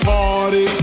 Party